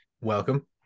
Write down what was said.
welcome